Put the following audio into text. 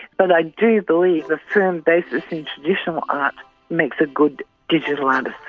but i do believe a firm basis in traditional art makes a good digital and